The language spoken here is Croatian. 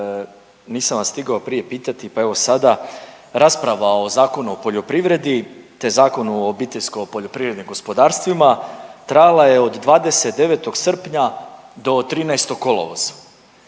nisam vas stigao prije pitati pa evo sada, rasprava o Zakonu o poljoprivredi te Zakonu o OPG-ima trajala je od 29. srpnja do 13. kolovoza